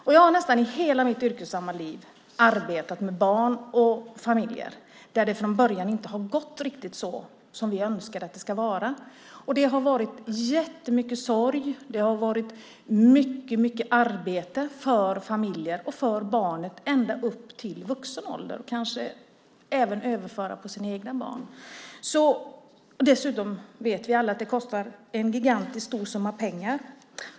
Jag har i nästan hela mitt yrkesverksamma liv arbetat med barn och familjer där det från början inte riktigt har gått så som vi önskar att det ska vara. Det har varit jättemycket sorg, det har varit mycket arbete för familjerna och för barnen ända upp i vuxen ålder. Ibland förs det till och med vidare till de egna barnen. Dessutom vet vi alla att det kostar en gigantiskt stor summa pengar.